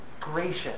gracious